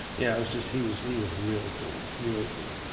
yeah it was just he was he was really cool, really cool.